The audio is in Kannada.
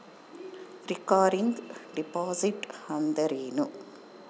ರಿಕರಿಂಗ್ ಡಿಪಾಸಿಟ್ ಅಂದರೇನು?